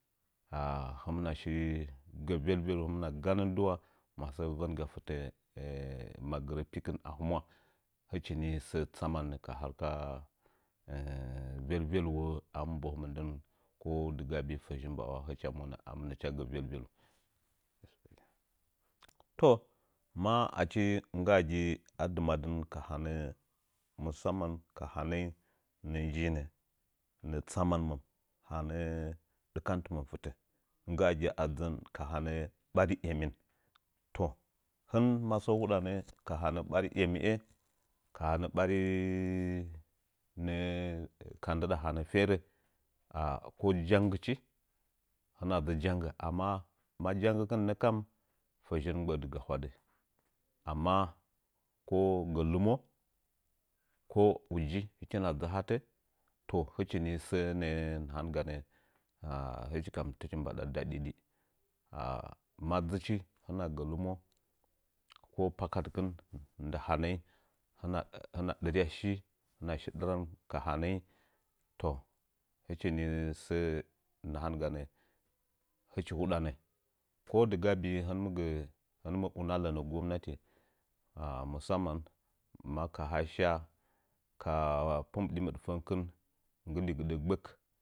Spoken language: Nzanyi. hɨmna shi gə vel velo hɨmna ganən dɨ nsa ma sə vənga ɓɨa magɨrə pikɨn a hɨmusa hɨchini səə tsamannə ka harka velvel u wo ambɨ mhəhə mindən ko dɨga bi'i fəzhi mba'wa hɨcha monə a mɨnachia gə toh ma achi gaagi a dɨmaddɨn ka hanə musaman ka hanəi nə'ə dɨkan tɨməm hɨə nggaagi adzɨn ka hanə barin emin toh hɨn masə huɗanə ka hanə ɓari emiye ka hanə furə ana ko janggɨchi hɨna dzɨ janggə amna ma janggɨ kɨnnəkam fəzhɨn mɨ gbə'ə di mɨ gahwadɨ amma ko gə hɨmo ko uji hɨkina dzɨ a hatə toh hɨchini sə nə'ə nahaan ganə hɨchi kam hɨkin mbada dadi ni ma dzɨchi hɨna gə lɨmo ko pakadɨkɨn nda hanəi hɨna dɨryashi hɨnashi dɨran ka hanəi toh hɨchi ni səə nahanganə hɨchi nahanganə ko dɨga bia hɨnɨm gə hɨnim una lənə gwamnati musaman maka kaha sha kaa pumbich midfəngkɨn nggɨ ligɨdə gbək